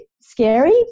scary